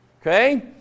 okay